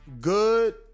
good